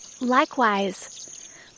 Likewise